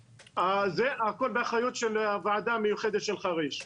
הכול באחריות הוועדה המיוחדת של חריש.